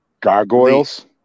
Gargoyles